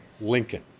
Lincoln